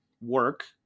work